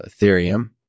Ethereum